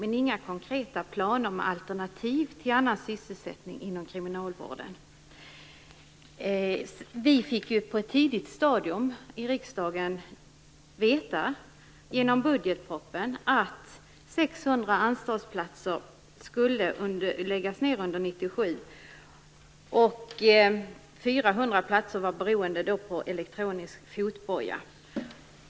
Men det finns inga konkreta planer på alternativ sysselsättning inom kriminalvården. Vi i riksdagen fick ju på ett tidigt stadium genom budgetpropositionen veta att 600 anstaltsplatser skulle läggas ned under 1997. 400 platser av dessa berodde på verksamheten med elektronisk fotboja.